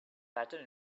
patent